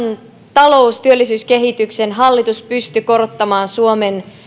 talous työllisyyskehityksen hallitus pystyi korottamaan suomen